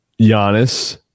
Giannis